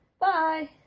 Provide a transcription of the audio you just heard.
Bye